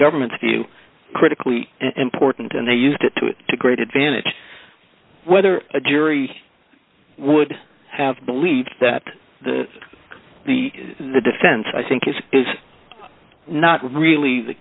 government's view critically important and they used it to it to great advantage whether a jury would have believed that the the the defense i think is is not really the